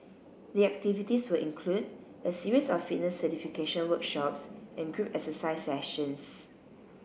the activities will include a series of fitness certification workshops and group exercise sessions